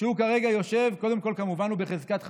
שהוא כרגע יושב, קודם כול, הוא כמובן בחזקת חפות,